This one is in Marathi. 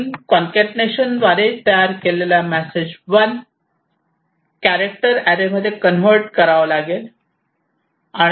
स्ट्रिंग कॉन्टेन्टेसन द्वारे तयार केलेला मेसेज 1 कॅरेक्टर अरे मध्ये कन्व्हर्ट करावा लागेल